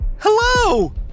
Hello